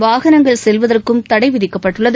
வாகனங்கள் செல்வதற்கும் தடை விதிக்கப்பட்டுள்ளது